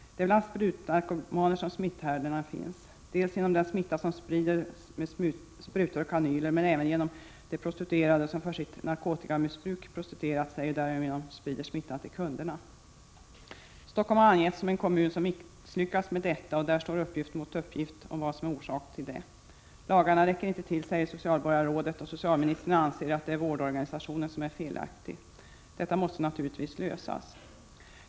Det är bland sprutnarkomanerna som smitthärden finns. Smittan sprids dels genom deras användning av sprutor och kanyler, dels också genom dem Stockholm har angetts som en kommun som misslyckats med att lösa dessa = v Om åtgärder för att problem, och uppgift står mot uppgift när det gäller vad som är orsaken E 2 SN ; SÅ å EE NE hindra spridningen av härtill. Lagarna räcker inte till, säger socialborgarrådet. Socialministern S z sjukdomen aids anser att det är vårdorganisationen som är felaktig. Men problemen måste naturligtvis lösas.